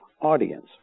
audience